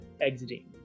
exiting